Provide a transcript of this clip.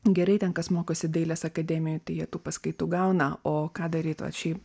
gerai ten kas mokosi dailės akademijoj tai jie tų paskaitų gauna o ką daryt vat šiaip